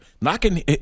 knocking